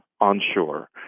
onshore